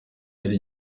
yari